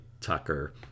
Tucker